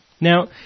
Now